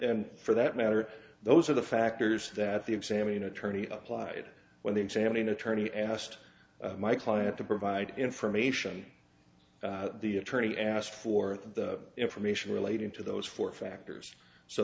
and for that matter those are the factors that the examining attorney up lied when they examine attorney asked my client to provide information the attorney asked for the information relating to those four factors so